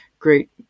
great